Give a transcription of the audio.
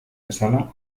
bezala